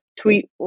tweet